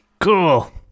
Cool